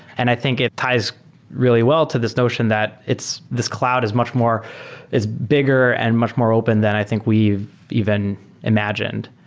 and i think it ties really well to this notion that this cloud is much more it's bigger and much more open then i think we've even imagined.